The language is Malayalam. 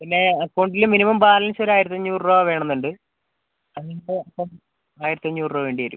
പിന്നെ അക്കൗണ്ടിൽ മിനിമം ബാലൻസൊരു ആയിരത്തഞ്ഞൂറ് രൂപ വേണമെന്നുണ്ട് അതിനിപ്പം എത്ര ആയിരത്തഞ്ഞൂറ് രൂപ വേണ്ടി വരും